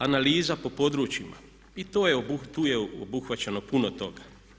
Analiza po područjima i tu je obuhvaćeno puno toga.